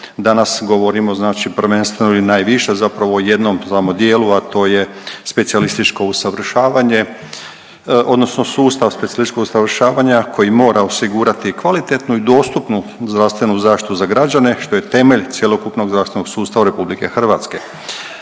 Danas govorimo znači prvenstveno i najviše zapravo o jednom znamo dijelu, a to je specijalističko usavršavanje odnosno sustav specijalističkog usavršavanja koji mora osigurati kvalitetnu i dostupnu zdravstvenu zaštitu za građane, što je temelj cjelokupnog zdravstvenog sustava RH.